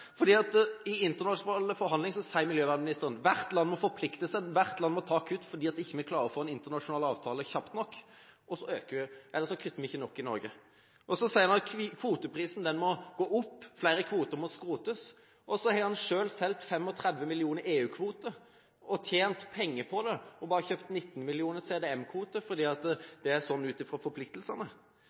I internasjonale forhandlinger sier miljøvernministeren at hvert land må forplikte seg, hvert land må ta kutt, fordi vi ikke klarer å få en internasjonal avtale kjapt nok – ellers så kutter vi ikke nok i Norge. Så sier han at kvoteprisen må gå opp, flere kvoter må skrotes, og så har han selv solgt 35 millioner EU-kvoter og tjent penger på det, og bare kjøpt 19 millioner CDM-kvoter, fordi det er sånn ut fra forpliktelsene. Derfor er jo også spørsmålet: Mener statsråden at det er